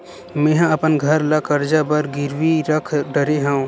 मेहा अपन घर ला कर्जा बर गिरवी रख डरे हव